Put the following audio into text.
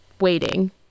waiting